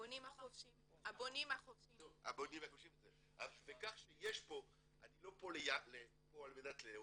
הבונים החופשיים --- אני לא פה על מנת לעודד,